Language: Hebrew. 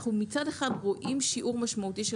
מצד אחד אנחנו רואים שיעור משמעותי של